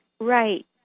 Right